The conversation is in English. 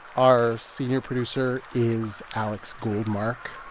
our senior producer is alex goldmark.